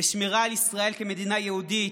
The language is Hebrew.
לשמירה על ישראל כמדינה יהודית.